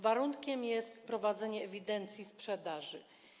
Warunkiem jest prowadzenie ewidencji sprzedaży.